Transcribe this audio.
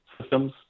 systems